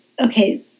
okay